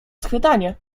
schwytanie